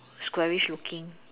squarish looking